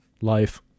life